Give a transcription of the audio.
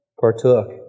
partook